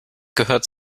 gehört